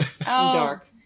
dark